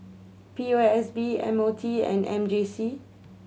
P O S B M O T and M J C